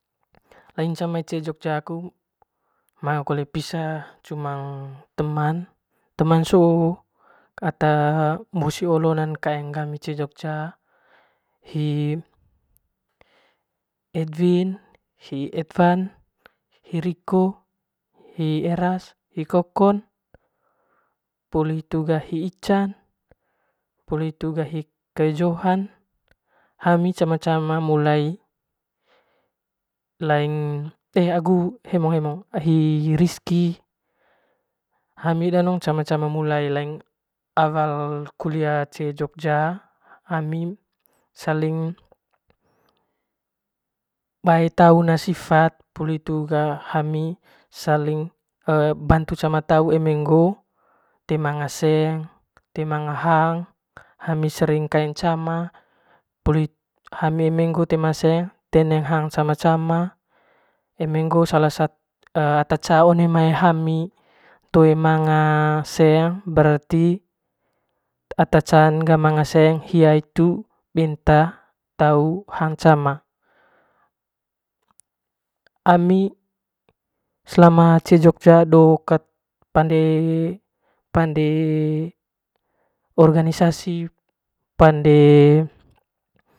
Laing kole cee jogja aku manga kole pisa cumang teman, teman soo ata musi olo lan kaeng gami cee jogja hi etwin hi etwan hi riko hi eras hi kokon poli hitu ga hi ican poli hitu ga hi kae johan hami cama cama mulai laing ehh hemong hemong hi riski hami danong cama cama mulai dari awal lukia cee jogja ami bae taung sifat hami saling bantu cama tau eme ngoo toe manga seng te manga hang hami sering kaeng cama hami eme ngoo te man seng teneng hang hang cama cama eme ata ca one ami toe manga seng brarti ata can ga manga seng hia hitu benta tau hang cama ami selama cee jogja do ket pande, pande organisasi pande.